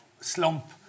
slump